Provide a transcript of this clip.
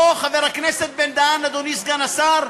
פה, חבר הכנסת בן-דהן, אדוני סגן השר,